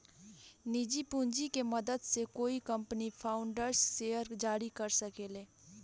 निजी पूंजी के मदद से कोई कंपनी फाउंडर्स शेयर जारी कर सके ले